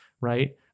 Right